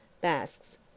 Basques